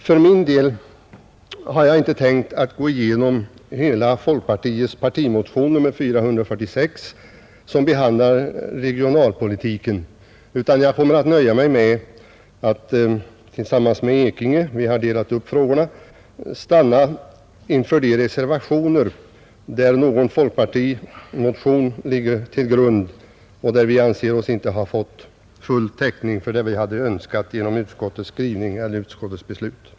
Jag har. inte tänkt gå igenom hela folkpartiets partimotion nr 446, som behandlar regionalpolitiken, utan jag kommer att nöja mig med att tillsammans med herr Ekinge — vi har delat upp frågorna — stanna inför de reservationer där någon folkpartimotion utgör grunden och där vi anser oss inte ha fått full täckning för det vi önskat genom utskottets beslut.